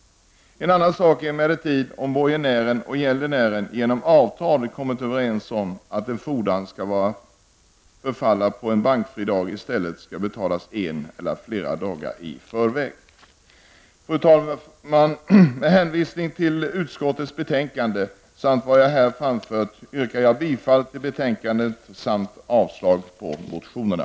Förhållandena blir emellertid annorlunda om borgenären och gäldenären genom avtal har kommit överens om att en fordran, om den förfaller på en bankfri dag, i stället skall betalas en eller flera dagar i förväg. Fru talman! Med hänvisning till vad jag här framfört yrkar jag bifall till utskottets hemställan samt avslag på reservationerna.